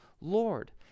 Lord